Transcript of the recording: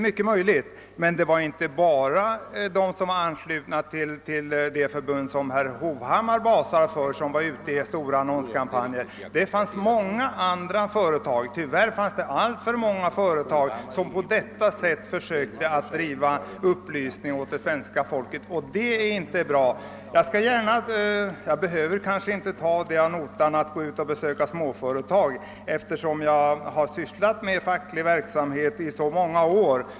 Men det var inte bara företag anknutna till det förbund som han basar för som deltog i den annonskampanjen. Det fanns tyvärr alltför många företag som på detta sätt försökte sprida upplysning bland svenska folket, och det är inte bra. Jag behöver inte ta uppmaningen ad notam att gå ut och besöka småföretag, eftersom jag har sysslat med facklig verksamhet i så många år.